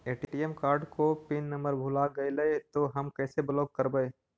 ATM card को pin number भुला गैले तौ हम कैसे ब्लॉक करवै?